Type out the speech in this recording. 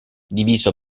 diviso